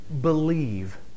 believe